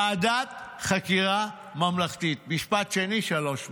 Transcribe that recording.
ועדת חקירה ממלכתית, משפט שני, שלוש מילים.